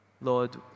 Lord